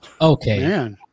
Okay